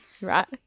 right